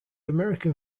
american